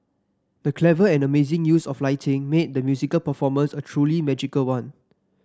the clever and amazing use of lighting made the musical performance a truly magical one